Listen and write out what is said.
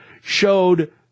showed